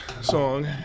song